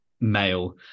male